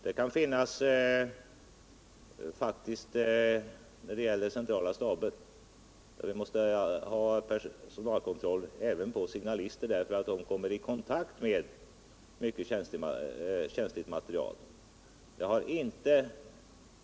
För centrala staber kan det faktiskt behövas personalkontroll även för signalister därför att de kommer i kontakt med mycket känsligt material.